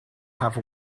have